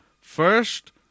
First